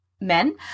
men